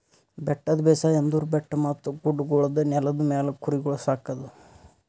ಬೆಟ್ಟದ ಬೇಸಾಯ ಅಂದುರ್ ಬೆಟ್ಟ ಮತ್ತ ಗುಡ್ಡಗೊಳ್ದ ನೆಲದ ಮ್ಯಾಲ್ ಕುರಿಗೊಳ್ ಸಾಕದ್